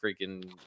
freaking